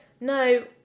no